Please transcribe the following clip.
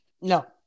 No